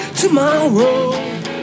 tomorrow